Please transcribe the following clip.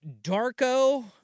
Darko